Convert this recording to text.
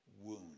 wound